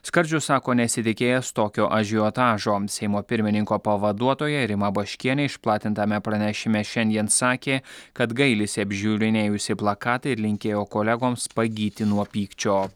skardžius sako nesitikėjęs tokio ažiotažo seimo pirmininko pavaduotoja rima baškienė išplatintame pranešime šiandien sakė kad gailisi apžiūrinėjusi plakatą ir linkėjo kolegoms pagyti nuo pykčio